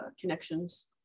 connections